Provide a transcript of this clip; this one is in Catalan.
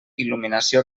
il·luminació